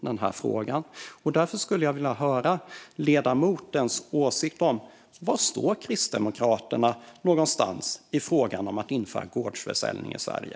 Därför skulle jag vilja höra ledamotens åsikt om var Kristdemokraterna står i frågan om att införa gårdsförsäljning i Sverige.